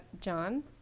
John